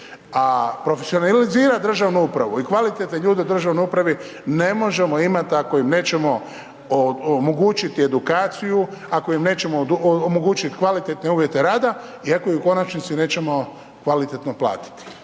A profesionalizirat državnu upravu i kvalitetne ljude u državnoj upravni ne možemo imati ako im nećemo omogućiti edukaciju, ako im nećemo omogućiti kvalitetne uvjete rada i ako ih u konačnici nećemo kvalitetno platiti,